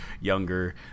younger